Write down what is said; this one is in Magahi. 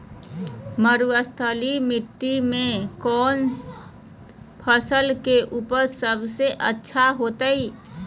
मरुस्थलीय मिट्टी मैं कौन फसल के उपज सबसे अच्छा होतय?